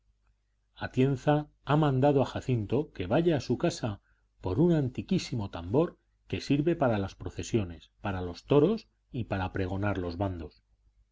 atienza ha mandado a jacinto que vaya a su casa por un antiquísimo tambor que sirve para las procesiones para los toros y para pregonar los bandos